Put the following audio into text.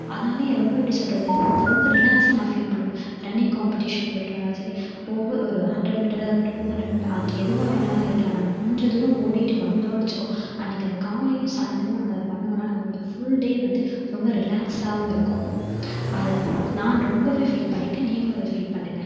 அதனாலேயே ரொம்ப எப்படி சொல்கிறது ரொம்ப ரிலாக்ஸாக நான் ஃபீல் பண்ணுவேன் ரன்னிங் காம்பட்டீஷன் போய்ட்டு வந்தாலும் சரி ஒவ்வொரு ஒரு ஹண்ட்ரேட் மீட்டராக இருக்கட்டும் டூ ஹண்ட்ரேட் மீட்டர் அது எதுவாக வேணாலும் இருக்கலாம் நம்ம கொஞ்சம் தூரம் ஓடிவிட்டு வந்தோம்னு வச்சுக்கோ அன்னிக்கி அந்த காலைலேயும் சாயிந்தரமும் நம்ம அதை பண்ணோம்னால் நம்மளோட ஃபுல் டே வந்து ரொம்ப ரிலாக்ஸாயிருக்கும் அது நான் ரொம்பவே ஃபீல் பண்ணியிருக்கேன் நீங்களும் அதை பீல் பண்ணுங்க